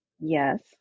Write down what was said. Yes